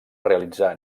realitzar